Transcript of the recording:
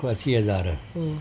ॿ असी हज़ार हम्म